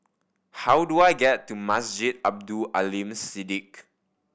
how do I get to Masjid Abdul Aleem Siddique